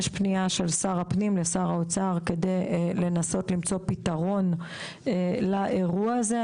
יש פניה של שר הפנים לשר האוצר כדי לנסות למצוא פתרון לאירוע הזה.